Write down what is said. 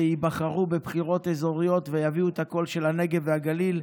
שיבחרו בבחירות אזוריות ויביאו את הקול של הנגב והגליל.